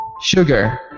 Sugar